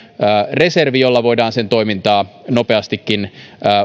reservi jolla voidaan sen toimintaa nopeastikin